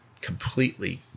completely